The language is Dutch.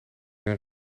een